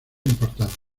importancia